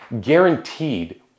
guaranteed